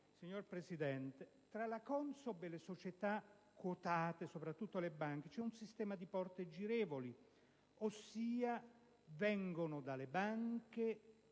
Signora Presidente, tra la CONSOB e le società quotate, soprattutto le banche, vi è un sistema di "porte girevoli", giacché provengono dalle banche